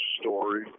story